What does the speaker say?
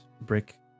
Brick